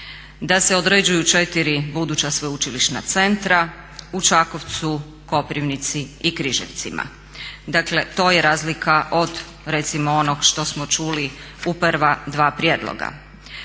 da se određuju 4 buduća sveučilišna centra u Čakovcu, Koprivnici i Križevcima. Dakle to je razlika od recimo onog što smo čuli u prva dva prijedloga.